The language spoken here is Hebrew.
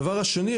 הדבר השני,